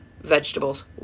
vegetables